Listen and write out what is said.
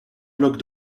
blocs